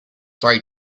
three